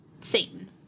Satan